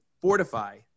fortify